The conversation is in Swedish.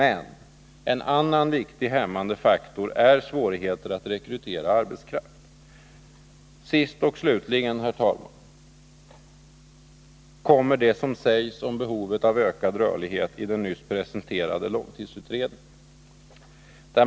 En annan hämmande faktor är svårigheter att rekrytera yrkesarbetare.” Sist och slutligen, herr talman, kommer det som sägs om behovet av ökad rörlighet i den nyss presenterade långtidsutredningen.